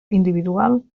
individual